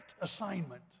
assignment